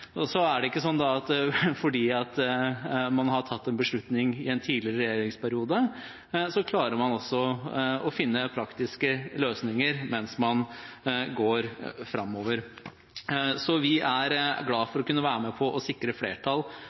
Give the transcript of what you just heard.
Så er det slik at selv om man har tatt en beslutning i en tidligere regjeringsperiode, så klarer man å finne praktiske løsninger mens man går framover. Vi er glad for å kunne være med på å sikre flertall